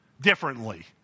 differently